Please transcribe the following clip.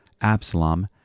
Absalom